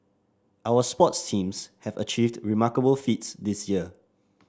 our sports teams have achieved remarkable feats this year